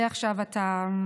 האם בשביל זה עכשיו אתה איתנו?